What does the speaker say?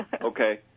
Okay